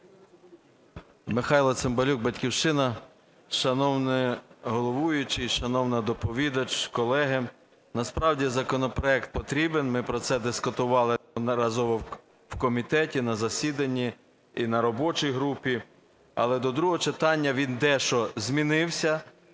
Михайло Цимбалюк "Батьківщина". Шановний головуючий, шановна доповідач, колеги! Насправді законопроект потрібний. Ми про це дискутували неодноразово в комітеті на засіданні і на робочій групі, але до другого читанні він дещо змінився,